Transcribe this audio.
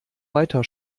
weiter